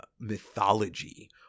mythology